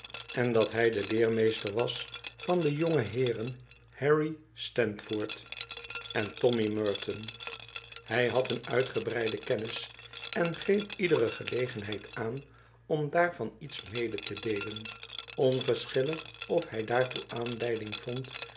en dat hij de leermeester was van de jongeheeren harry sandford en tommy merton hij had een uitdiokenh hen reimer die neen handel driift een reiziger die g-een handel dttuit gebreide kennis en greep iedere gelegenheid aan om daarvan iets mede te deelen onverschillig of hij daartoe aanleiding vond